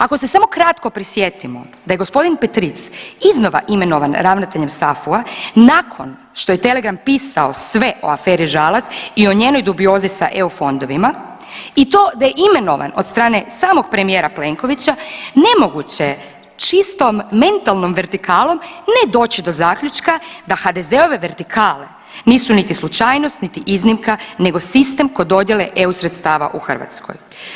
Ako se samo kratko prisjetimo da je g. Petric iznova imenovan ravnateljem SAFU-a nakon što je Telegram pisao sve o aferi Žalac i o njenoj dubiozi sa EU fondovima i to da je imenovan od strane samog premijera Plenkovića nemoguće je čistom mentalnom vertikalom ne doći do zaključka da HDZ-ove vertikale nisu niti slučajnost, niti iznimka nego sistem kod dodjele EU sredstava u Hrvatskoj.